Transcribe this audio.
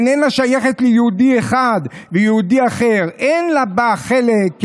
איננה שייכת ליהודי אחד ויהודי אחר אין לו בה חלק,